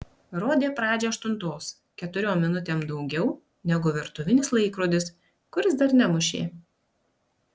rodė pradžią aštuntos keturiom minutėm daugiau negu virtuvinis laikrodis kuris dar nemušė